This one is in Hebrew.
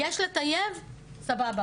יש לטייב סבבה,